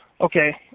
Okay